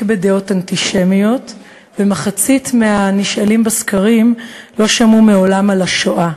בדעות אנטישמיות ומחצית מהנשאלים בסקרים לא שמעו מעולם על השואה.